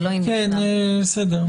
בסדר.